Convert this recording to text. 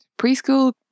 preschool